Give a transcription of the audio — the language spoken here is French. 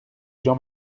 jean